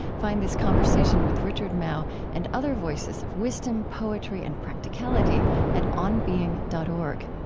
find this conversation with richard mouw and other voices of wisdom, poetry and practicality at onbeing dot org.